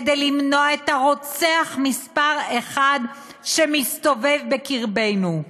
כדי למנוע את הרוצח מספר אחת שמסתובב בקרבנו?